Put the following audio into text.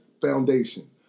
foundation